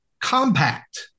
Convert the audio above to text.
Compact